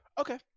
Okay